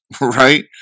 Right